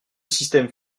système